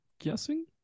guessing